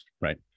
right